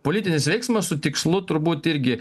politinis veiksmas su tikslu turbūt irgi